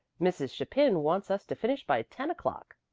mrs. chapin wants us to finish by ten o'clock.